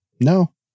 No